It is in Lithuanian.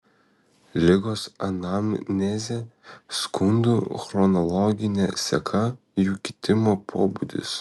ligos anamnezė skundų chronologinė seka jų kitimo pobūdis